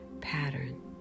pattern